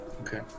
Okay